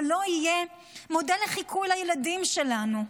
ולא להיות מודל לחיקוי לילדים שלנו.